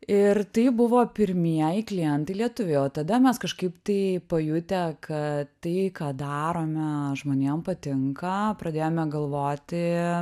ir tai buvo pirmieji klientai lietuviai o tada mes kažkaip tai pajutę kad tai ką darome žmonėm patinka pradėjome galvoti